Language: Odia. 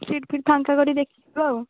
ସିଟ୍ ଫିଟ୍ ଫାଙ୍କା କରିକି ଦେଖିବା ଆଉ